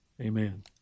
Amen